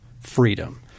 freedom